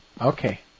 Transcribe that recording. Okay